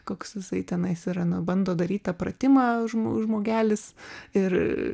koks jisai tenai sirena bando daryti pratimą žmogelis ir